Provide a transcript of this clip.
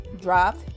dropped